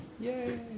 Yay